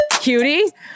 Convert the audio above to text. Cutie